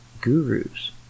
gurus